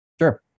Sure